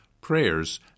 prayers